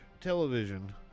television